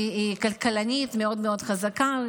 היא כלכלנית מאוד חזקה,